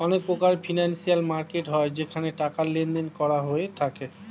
অনেক প্রকারের financial market হয় যেখানে টাকার লেনদেন করা হয়ে থাকে